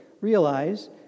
realize